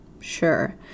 Sure